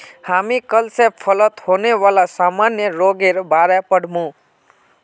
हामी कल स फलत होने वाला सामान्य रोगेर बार पढ़ मु